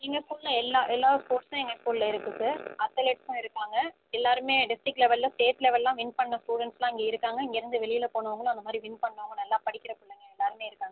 எங்கள் ஸ்கூலில் எல்லா எல்லா ஸ்போர்ட்ஸும் எங்கள் ஸ்கூலில் இருக்கு சார் அத்லெட்ஸும் இருக்காங்க எல்லாருமே டிஸ்ட்ரிக்ட் லெவலில் ஸ்டேட் லெவல்லாம் வின் பண்ண ஸ்டுடென்ட்ஸ்லாம் இங்கே இருக்காங்க இங்கருந்து வெளியில போனவங்களும் அந்த மாதிரி வின் பண்ணவங்க நல்லா படிக்கிற பிள்ளைங்க எல்லாருமே இருக்காங்க சார்